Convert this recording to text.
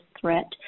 threat